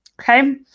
Okay